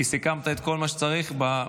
כי סיכמת את כל מה שצריך בדבריך,